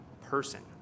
person